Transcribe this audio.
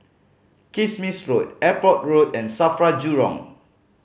Kismis Road Airport Road and SAFRA Jurong